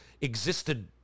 existed